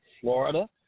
Florida